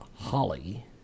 Holly